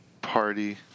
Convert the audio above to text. party